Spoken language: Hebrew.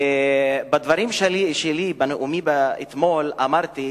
בדברים שלי, בנאומי אתמול, אמרתי